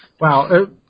Wow